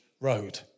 road